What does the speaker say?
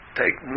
take